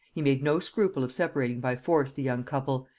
he made no scruple of separating by force the young couple,